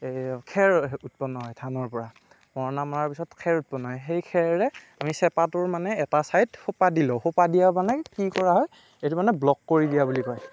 খেৰ উৎপন্ন হয় ধানৰ পৰা মৰণা মৰাৰ পিছত খেৰ উৎপন্ন হয় সেই খেৰেৰে আমি চেপাটোৰ মানে এটা ছাইদ সোপা দি লওঁ সোপা দিয়া মানে কি কৰা হয় সেইটো মানে ব্লক কৰি দিয়া বুলি কয়